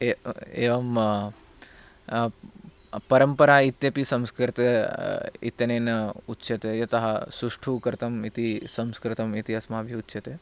एवं परम्परा इत्यपि संस्कृतम् इत्यनेन उच्यते यतः सुष्ठु कृतम् इति संस्कृतम् इति अस्माभिः उच्यते